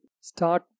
start